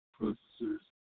processors